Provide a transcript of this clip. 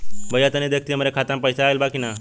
भईया तनि देखती हमरे खाता मे पैसा आईल बा की ना?